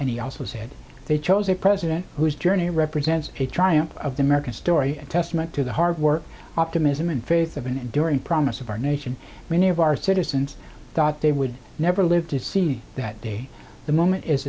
and he also said they chose a president whose journey represents a triumph of the american story a testament to the hard work optimism and faith of an enduring promise of our nation many of our citizens thought they would never live to see that day the moment is